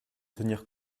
tenir